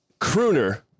crooner